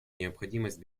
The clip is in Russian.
необходимость